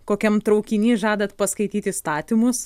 kokiam traukiny žadat paskaityt įstatymus